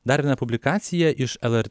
dar viena publikacija iš lr